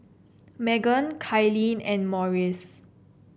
Meggan Kylene and Morris